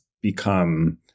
become